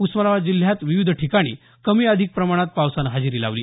उस्मानाबाद जिल्ह्यात विविध ठिकाणी कमी अधिक प्रमाणात पावसानं हजेरी लावली